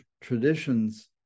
traditions